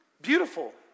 Beautiful